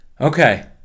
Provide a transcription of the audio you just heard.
Okay